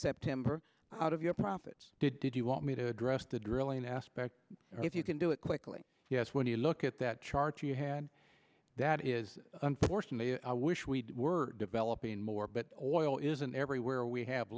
september out of your profits did you want me to address the drilling aspect if you can do it quickly yes when you look at that chart you had that is unfortunately i wish we were developing more but boy is an everywhere we have